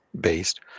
based